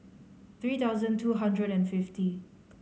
three thousand two hundred and fifty